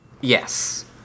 Yes